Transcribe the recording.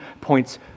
points